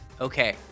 Okay